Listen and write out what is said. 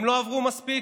הם לא עברו מספיק?